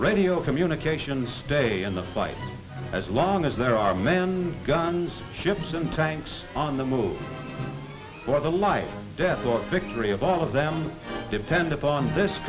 radio communications stay in the fight as long as there are man guns ships and tanks on the move or the life death or victory of all of them depend upon this